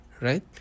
right